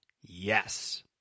Yes